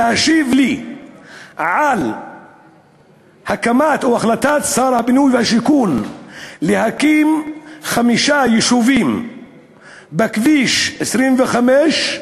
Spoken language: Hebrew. להשיב לי על החלטת שר הבינוי והשיכון להקים חמישה יישובים בכביש 25,